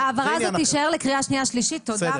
ההבהרה הזאת תישאר לקריאה שנייה ושלישית, תודה.